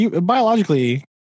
biologically